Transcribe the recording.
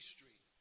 Street